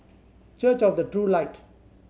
Church of the True Light